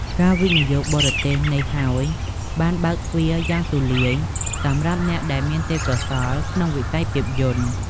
ការវិនិយោគបរទេសនេះហើយបានបើកទ្វារយ៉ាងទូលាយសម្រាប់អ្នកដែលមានទេពកោសល្យក្នុងវិស័យភាពយន្ត។